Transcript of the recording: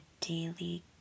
Daily